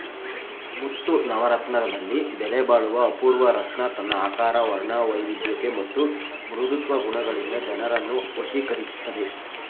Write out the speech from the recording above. ಮುತ್ತು ನವರತ್ನದಲ್ಲಿ ಬೆಲೆಬಾಳುವ ಅಪೂರ್ವ ರತ್ನ ತನ್ನ ಆಕಾರ ವರ್ಣವೈವಿಧ್ಯತೆ ಮತ್ತು ಮೃದುತ್ವ ಗುಣಗಳಿಂದ ಜನರನ್ನು ವಶೀಕರಿಸ್ತದೆ